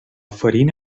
farina